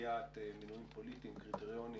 בסוגיית מינויים פוליטיים, קריטריונים